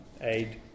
aid